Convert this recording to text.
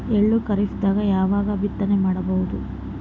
ಎಳ್ಳು ಖರೀಪದಾಗ ಯಾವಗ ಬಿತ್ತನೆ ಮಾಡಬಹುದು?